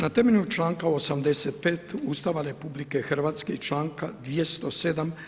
Na temelju članka 85. ustava RH i članka 207.